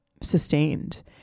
sustained